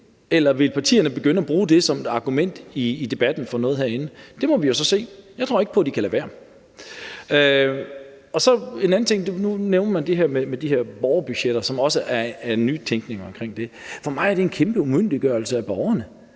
eller vil partierne begynde at bruge det som et argument for noget i debatten her? Det må vi jo så se. Jeg tror ikke på, at de kan lade være. Og så vil jeg også spørge til en anden ting. Nu nævnte man det her med de her borgerbudgetter, som også er nytænkning omkring det her. For mig er det en kæmpe umyndiggørelse af borgerne.